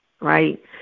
right